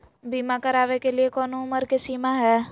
बीमा करावे के लिए कोनो उमर के सीमा है?